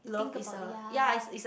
think about ya